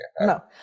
No